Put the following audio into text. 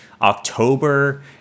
october